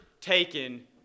taken